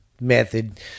method